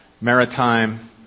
maritime